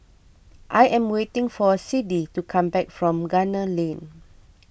I am waiting for Siddie to come back from Gunner Lane